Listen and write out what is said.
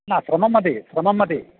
ആ ശ്രമം മതി ശ്രമം മതി